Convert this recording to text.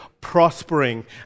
prospering